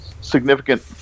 significant